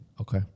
Okay